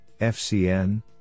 FCN